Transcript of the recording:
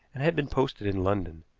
and had been posted in london.